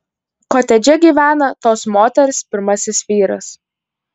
kotedže gyvena tos moters pirmasis vyras